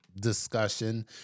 discussion